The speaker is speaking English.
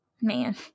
man